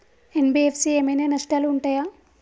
NBFC ఏమైనా నష్టాలు ఉంటయా?